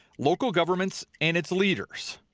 local governments and its leaders.